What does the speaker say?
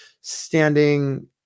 standing